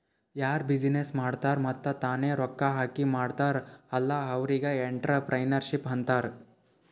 ಯಾರು ಬಿಸಿನ್ನೆಸ್ ಮಾಡ್ತಾರ್ ಮತ್ತ ತಾನೇ ರೊಕ್ಕಾ ಹಾಕಿ ಮಾಡ್ತಾರ್ ಅಲ್ಲಾ ಅವ್ರಿಗ್ ಎಂಟ್ರರ್ಪ್ರಿನರ್ಶಿಪ್ ಅಂತಾರ್